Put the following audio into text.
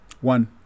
One